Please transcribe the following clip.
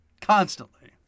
Constantly